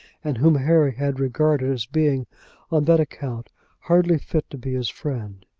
and whom harry had regarded as being on that account hardly fit to be his friend!